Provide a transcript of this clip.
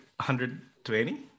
120